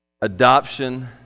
Adoption